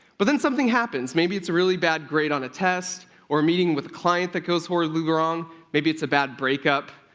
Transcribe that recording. but then something happens. maybe it's a really bad grade on a test or a meeting with client that goes horribly wrong. maybe it's a bad breakup.